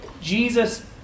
Jesus